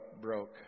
broke